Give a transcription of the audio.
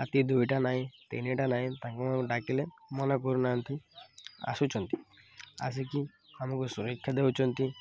ରାତି ଦୁଇଟା ନାହିଁ ତିନିଟା ନାହିଁ ତାଙ୍କୁଙ୍କୁ ଡାକିଲେ ମନା କରୁନାହାନ୍ତି ଆସୁଛନ୍ତି ଆସିକି ଆମକୁ ସୁରକ୍ଷା ଦେଉଛନ୍ତି